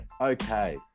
okay